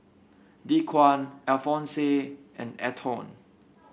Dequan Alfonse and Antone